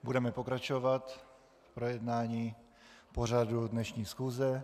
Budeme pokračovat v projednání pořadu dnešní schůze.